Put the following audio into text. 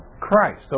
Christ